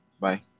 bye